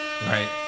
Right